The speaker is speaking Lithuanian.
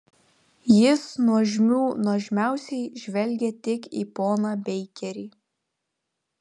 jis nuožmių nuožmiausiai žvelgia tik į poną beikerį